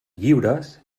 lliures